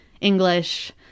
English